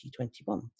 2021